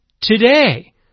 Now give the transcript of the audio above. today